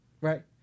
right